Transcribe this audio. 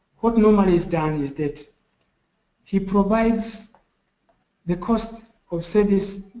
what normally is done is that he provides the cost of service